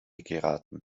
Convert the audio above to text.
geraten